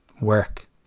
work